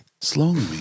Slowly